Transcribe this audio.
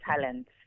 talent